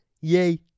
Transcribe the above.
yay